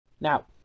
Now